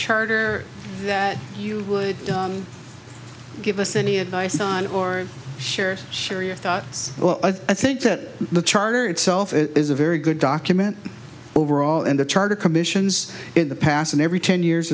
charter that you would give us any advice on or shares serious thoughts well i think that the charter itself it is a very good document overall in the charter commissions in the past and every ten years